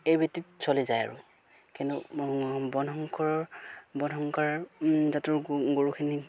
এই ভিত্তিত চলি যায় আৰু কিন্তু বৰ্ণশংকৰ বৰ্ণশংকৰ জাতৰ গৰুখিনিক